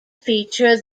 feature